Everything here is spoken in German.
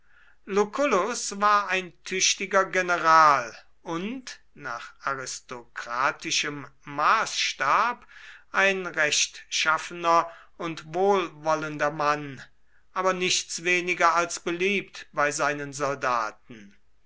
lucullus war ein tüchtiger general und nach aristokratischem maßstab ein rechtschaffener und wohlwollender mann aber nichts weniger als beliebt bei seinen soldaten